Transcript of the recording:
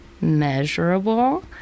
measurable